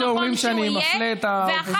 אחרי זה אומרים שאני מפלה את האופוזיציה לרעה.